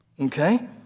okay